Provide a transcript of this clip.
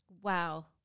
Wow